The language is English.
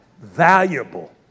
valuable